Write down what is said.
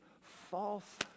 false